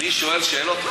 אני שואל שאלות.